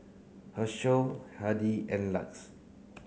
Herschel Hardy and LUX